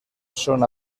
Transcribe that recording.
són